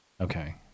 Okay